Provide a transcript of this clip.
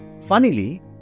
Funnily